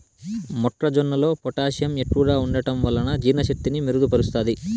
మొక్క జొన్నలో పొటాషియం ఎక్కువగా ఉంటడం వలన జీర్ణ శక్తిని మెరుగు పరుస్తాది